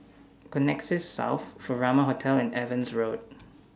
Connexis South Furama Hotel and Evans Road